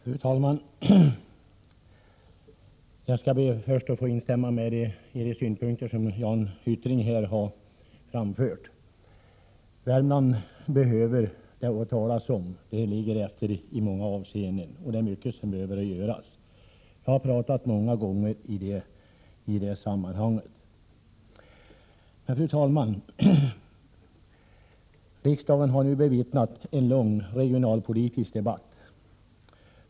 Fru talman! Jag skall först be att få instämma i de synpunkter som Jan Hyttring här har framfört. Värmland behöver det talas om — det ligger efter i många avseenden, och det är mycket som behöver göras. Jag har många gånger talat om det. Fru talman! Riksdagen har nu bevittnat en lång regionalpolitisk debatt.